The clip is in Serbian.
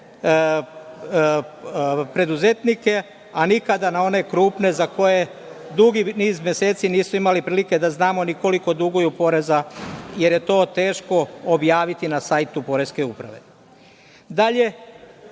preduzetnike, a nikada na ove krupne za koje dugi niz meseci nismo imali prilike da znamo ni koliko duguju poreza, jer je to teško objaviti na sajtu Poreske uprave. Dalje,